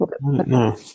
no